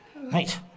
Mate